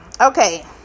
Okay